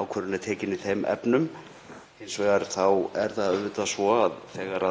ákvörðun er tekin í þeim efnum. Hins vegar er það auðvitað svo að þegar